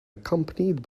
accompanied